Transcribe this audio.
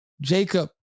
Jacob